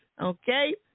okay